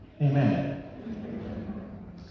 Amen